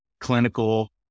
clinical